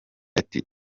ati